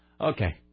Okay